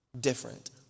different